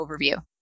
overview